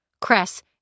Cress